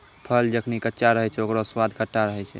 फल जखनि कच्चा रहै छै, ओकरौ स्वाद खट्टा रहै छै